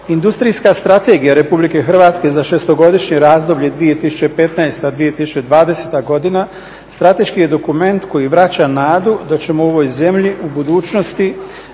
Industrijska strategija Republike Hrvatske za šestogodišnje razdoblje 2015/2020 godina strateški je dokument koji vraća nadu da ćemo u ovoj zemlji u budućnosti